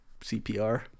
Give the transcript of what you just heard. CPR